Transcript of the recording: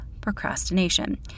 procrastination